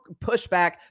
pushback